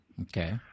okay